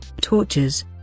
tortures